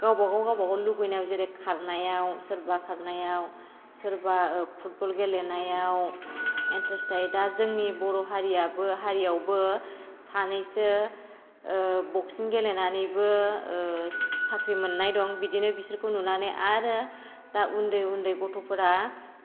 गावबागाव गावबागाव लुगैनायाव जेरै खारनायाव सोरबा खारनायाव सोरबा फुटबल गेलेनायाव इन्टारेस्ट थायो जोंनि बर' हारिआबो हारिआवबो सानैसो बक्सिं गेलेनानैबो साख्रि मोननाय दं बिदिनो बिसोरखौ नुनानै आरो उन्दै उन्दै गथ'फोरा